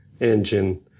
engine